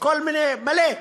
כל מיני, מלא,